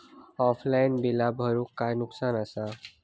Offline बिला भरूचा काय नुकसान आसा?